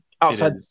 Outside –